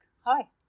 Hi